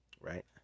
right